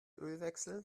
ölwechsel